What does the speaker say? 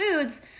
foods